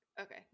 Okay